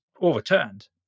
overturned